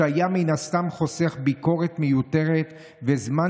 שהיה מן הסתם חוסך ביקורת מיותרת וזמן